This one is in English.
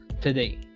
today